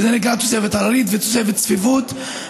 זה נקרא תוספת הררית, ותוספת צפיפות.